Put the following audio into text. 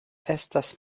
estas